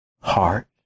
heart